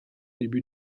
début